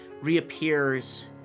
reappears